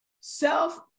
self